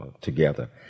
together